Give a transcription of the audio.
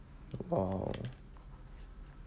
oh